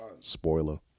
Spoiler